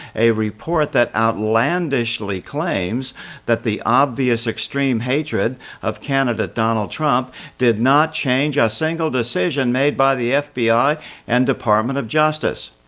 a report that outlandishly claims that the obvious extreme hatred of candidate donald trump did not change a single decision made by the fbi and department of justice.